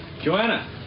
Joanna